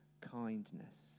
kindness